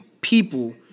people